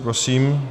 Prosím.